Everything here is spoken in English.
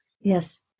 Yes